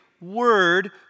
word